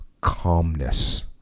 calmness